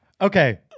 Okay